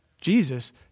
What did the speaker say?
Jesus